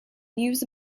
news